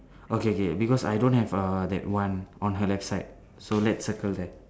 okay K because I don't have err that one on her left side so let's circle that